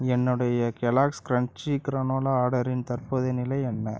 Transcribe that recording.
என்னுடைய Kellogg's crunchy granola ஆர்டரின் தற்போதைய நிலை என்ன